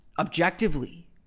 objectively